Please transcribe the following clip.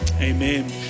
Amen